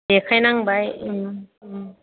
देखायनांबाय उम उम